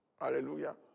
Hallelujah